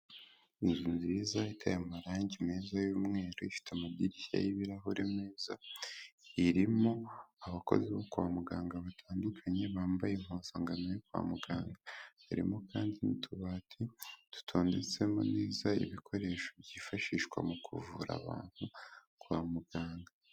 Inzu nziza iteye amarangi meza y'mweru, ifite amadirishya y'ibirahure meza. Irimo abakozi bo kwa muganga batandukanye, bambaye impuzangano yo kwa muganga. Harimo kandi n'utubati dutondetsemo neza ibikoresho byifashishwa mu kuvura abantu kwa muganga.